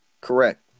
Correct